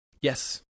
Yes